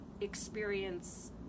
experience